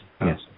yes